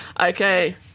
Okay